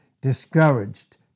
discouraged